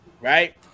right